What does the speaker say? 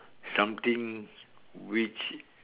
something which